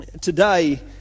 Today